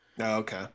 okay